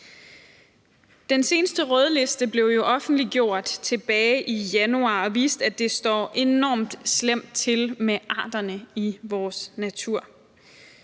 Den seneste rødliste blev jo offentliggjort tilbage i januar og viste, at det står enormt slemt til med arterne i vores natur.